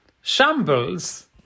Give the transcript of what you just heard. Shambles